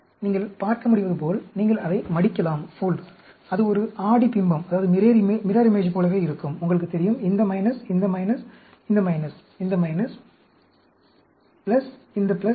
நீங்கள் பார்க்க முடிவதுபோல் நீங்கள் அதை மடிக்கலாம் அது ஒரு ஆடி பிம்பம் போலவே இருக்கும் உங்களுக்குத் தெரியும் இந்த இந்த இந்த இந்த இந்த இந்த